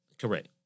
Correct